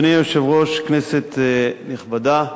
אדוני היושב-ראש, כנסת נכבדה,